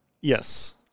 Yes